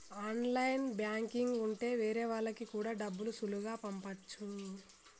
online banking ఉంటె వేరే వాళ్ళకి కూడా డబ్బులు సులువుగా పంపచ్చు